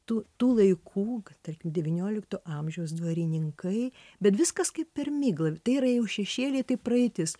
tu tų laikų tarkim devyniolikto amžiaus dvarininkai bet viskas kaip per miglą tai yra jau šešėliai tai praeitis